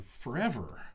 forever